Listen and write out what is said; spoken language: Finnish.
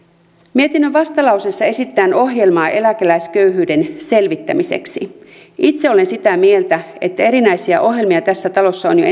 mietinnön vastalauseessa esitetään ohjelmaa eläkeläisköyhyyden selvittämiseksi itse olen sitä mieltä että erinäisiä ohjelmia tässä talossa on jo